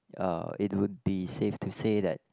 uh it would be safe to say that